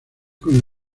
con